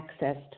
accessed